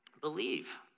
Believe